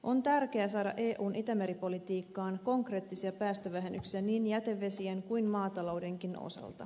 on tärkeää saada eun itämeri politiikkaan konkreettisia päästövähennyksiä niin jätevesien kuin maataloudenkin osalta